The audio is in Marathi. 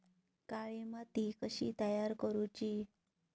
काळी माती कशी तयार करूची?